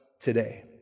today